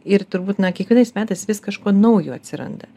ir turbūt na kiekvienais metais vis kažko naujo atsiranda